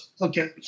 Okay